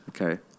Okay